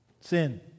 sin